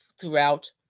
throughout